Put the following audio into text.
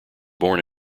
born